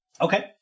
Okay